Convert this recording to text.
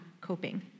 coping